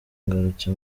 ngarutse